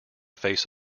face